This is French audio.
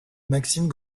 maxime